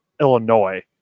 Illinois